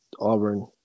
Auburn